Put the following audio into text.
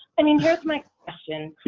i mean here's my question,